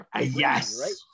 yes